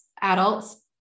adults